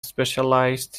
specialized